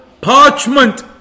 parchment